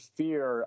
fear